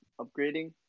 upgrading